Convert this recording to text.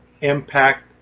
Impact